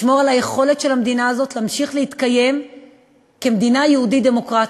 לשמור על היכולת של המדינה הזאת להמשיך להתקיים כמדינה יהודית-דמוקרטית,